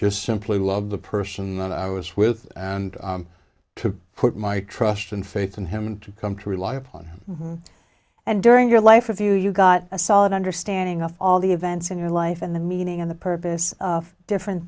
just simply love the person that i was with and to put my trust and faith in him and to come to rely upon him and during your life of you you got a solid understanding of all the events in your life and the meaning of the purpose of different